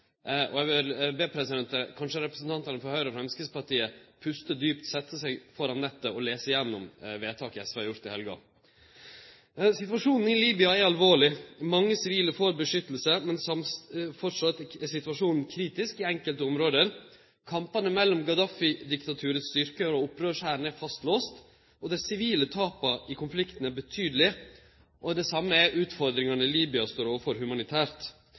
Eg vil be representantane frå Høgre og Framstegspartiet puste djupt, setje seg framfor nettet og lese gjennom vedtaket SV gjorde i helga. Situasjonen i Libya er alvorleg. Mange sivile får beskyttelse, men framleis er situasjonen kritisk i enkelte område. Kampane mellom Gaddafi-diktaturets styrkar og opprørshæren er fastlåste. Dei sivile tapa i konflikten er betydelege, og det same er dei utfordringane Libya står overfor humanitært.